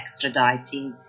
extraditing